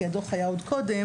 כי הדוח היה עוד קודם.